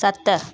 सत